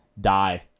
die